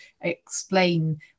explain